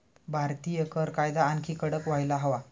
भारतीय कर कायदा आणखी कडक व्हायला हवा